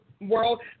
World